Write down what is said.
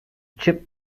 chip